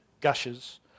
gushes